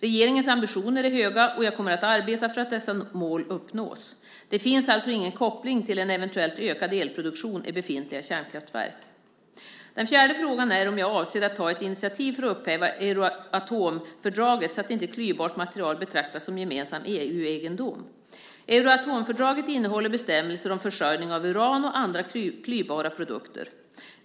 Regeringens ambitioner är höga, och jag kommer att arbeta för att dessa mål uppnås. Det finns alltså ingen koppling till en eventuellt ökad elproduktion i befintliga kärnkraftverk. Den fjärde frågan är om jag avser att ta ett initiativ för att upphäva Euratomfördraget så att inte klyvbart material betraktas som gemensam EU-egendom. Euratomfördraget innehåller bestämmelser om försörjning av uran och andra klyvbara produkter.